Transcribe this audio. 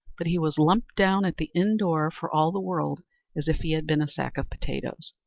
but he was lumped down at the inn door for all the world as if he had been a sack of potatoes.